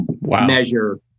measure